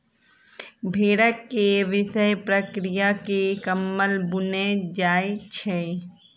भेंड़क केश के विशेष प्रक्रिया क के कम्बल बुनल जाइत छै